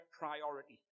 priority